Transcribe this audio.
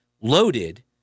loaded